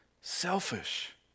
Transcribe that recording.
selfish